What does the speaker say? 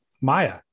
Maya